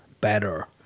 better